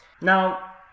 now